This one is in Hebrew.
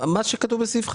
מה שכתוב בסעיף (5).